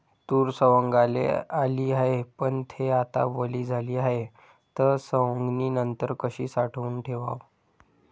तूर सवंगाले आली हाये, पन थे आता वली झाली हाये, त सवंगनीनंतर कशी साठवून ठेवाव?